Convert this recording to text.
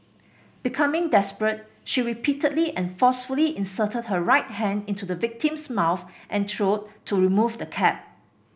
becoming desperate she repeatedly and forcefully inserted her right hand into the victim's mouth and throat to remove the cap